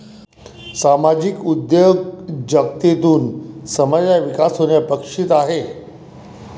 सामाजिक उद्योजकतेतून समाजाचा विकास होणे अपेक्षित आहे